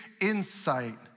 insight